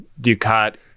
Ducat